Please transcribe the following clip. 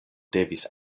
devis